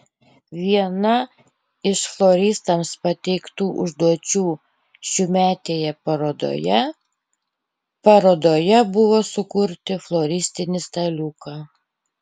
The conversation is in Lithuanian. viena iš floristams pateiktų užduočių šiųmetėje parodoje parodoje buvo sukurti floristinį staliuką